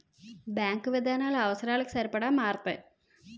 bank విధానాలు అవసరాలకి సరిపడా మారతాయి